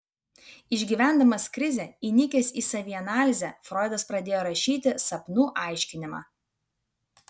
išgyvendamas krizę įnikęs į savianalizę froidas pradėjo rašyti sapnų aiškinimą